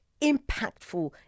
impactful